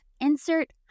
insert